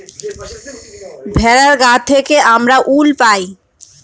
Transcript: ভেড়ার গা থেকে আমরা উল পাই